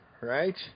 right